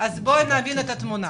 נבהיר את התמונה,